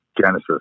Genesis